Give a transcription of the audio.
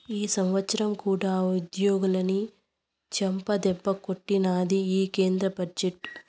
ఈ సంవత్సరం కూడా ఉద్యోగులని చెంపదెబ్బే కొట్టినాది ఈ కేంద్ర బడ్జెట్టు